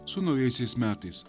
su naujaisiais metais